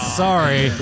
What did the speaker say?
sorry